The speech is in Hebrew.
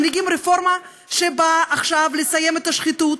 מנהיגים רפורמה שבאה עכשיו לסיים את השחיתות,